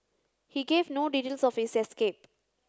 he gave no details of his escape